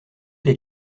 les